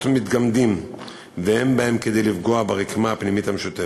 מתגמדים ואין בהם כדי לפגוע ברקמה הפנימית המשותפת.